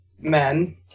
men